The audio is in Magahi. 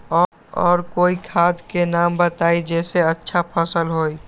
और कोइ खाद के नाम बताई जेसे अच्छा फसल होई?